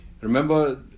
Remember